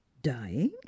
Dying